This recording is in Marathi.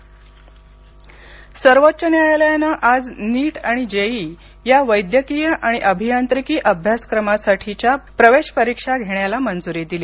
सर्वोच्च न्यायालय सर्वोच्च न्यायालयानं आज नीट आणि जेईई या वैद्यकीय आणि अभियांत्रिकी अभ्यासक्रमासाठीच्या प्रवेश परीक्षा घेण्याला मंजूरी दिली